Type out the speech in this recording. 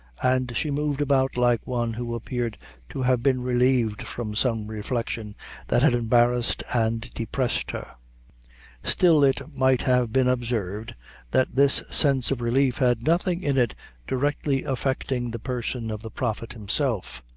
and she moved about like one who appeared to have been relieved from some reflection that had embarrassed and depressed her still it might have been observed that this sense of relief had nothing in it directly affecting the person of the prophet himself,